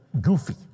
goofy